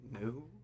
No